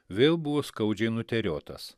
vėl buvo skaudžiai nuteriotas